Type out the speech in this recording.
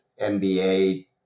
NBA